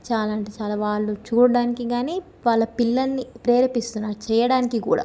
చాలా అంటే చాలా వాళ్ళు చూడ్డానికి కానీ వాళ్ళ పిల్లల్ని ప్రేరేపిస్తున్నారు చెయ్యడానికి కూడా